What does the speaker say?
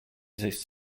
desist